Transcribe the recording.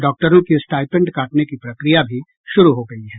डॉक्टरों की स्टाइपेंड काटने की प्रक्रिया भी शुरू हो गई है